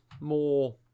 more